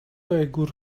egur